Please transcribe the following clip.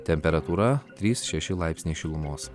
temperatūra trys šeši laipsniai šilumos